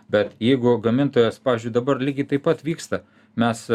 bet jeigu gamintojas pavyzdžiui dabar lygiai taip pat vyksta mes